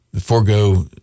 forego